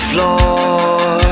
Floor